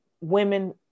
Women